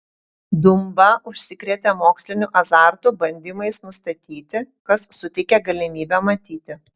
dumba užsikrėtė moksliniu azartu bandymais nustatyti kas suteikė galimybę matyti